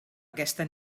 aquesta